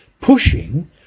Pushing